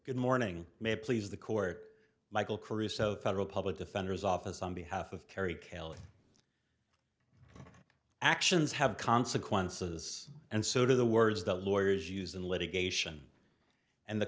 good morning may please the court michael caruso federal public defender's office on behalf of carrie kelley actions have consequences and so do the words the lawyers use in litigation and the